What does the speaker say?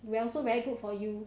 also very good for you